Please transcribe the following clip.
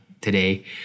today